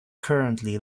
currently